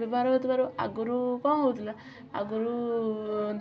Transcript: ବ୍ୟବହାର ହେଉଥିବାରୁ ଆଗରୁ କ'ଣ ହଉଥିଲା ଆଗରୁ